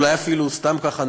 אולי אפילו סתם ככה,